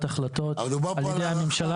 החלטות --- אבל מדובר פה על הארכה.